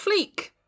Fleek